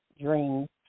dreams